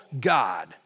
God